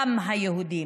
גם היהודים.